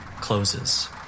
closes